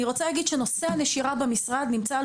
אני רוצה להגיד שנושא הנשירה נמצא על